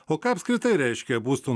o ką apskritai reiškia būsto